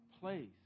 place